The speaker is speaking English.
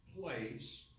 place